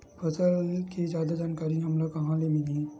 फसल के जादा जानकारी हमला कहां ले मिलही?